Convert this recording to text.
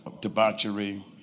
debauchery